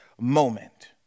moment